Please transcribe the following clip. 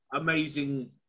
amazing